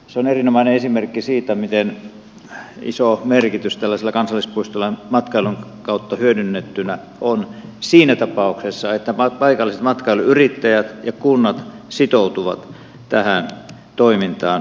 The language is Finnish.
se on erinomainen esimerkki siitä miten iso merkitys tällaisella kansallispuistolla matkailun kautta hyödynnettynä on siinä tapauksessa että paikalliset matkailuyrittäjät ja kunnat sitoutuvat tähän toimintaan